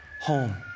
home